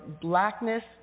blackness